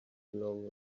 along